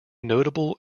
notable